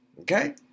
okay